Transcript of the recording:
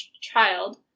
child